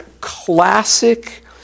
classic